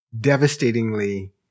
devastatingly